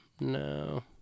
No